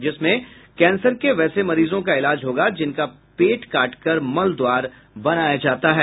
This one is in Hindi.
जिसमें कैंसर के वैसे मरीजों का इलाज होगा जिनका पेट काटकर मल द्वार बनाया जाता है